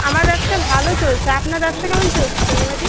আমার ব্যবসা ভালো চলছে আপনার ব্যবসা কেমন চলছে শর্মিলাদি